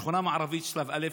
שכונה מערבית שלב א',